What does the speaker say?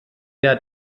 der